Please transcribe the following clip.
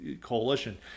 coalition